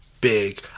Big